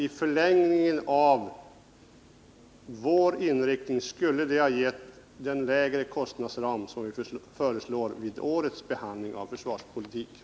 I förlängningen av vår inriktning skulle det ha gett den lägre kostnadsram som vi föreslår i samband med årets behandling av försvarspolitiken.